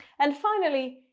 and finally,